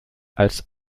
als